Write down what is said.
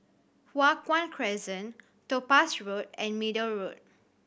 Hua Guan Crescent Topaz Road and Middle Road